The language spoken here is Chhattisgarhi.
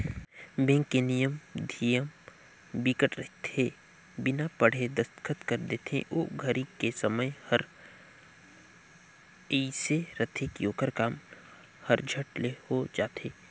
बेंक के नियम धियम बिकट रहिथे बिना पढ़े दस्खत कर देथे ओ घरी के समय हर एइसे रहथे की ओखर काम हर झट ले हो जाये